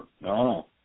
no